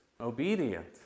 Obedient